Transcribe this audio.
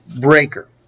breaker